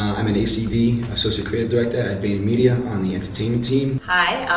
i'm an acd, associate creative director at vayner media on the entertainment team. hi,